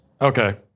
Okay